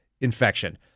infection